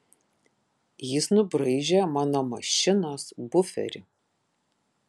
jis nubraižė mano mašinos buferį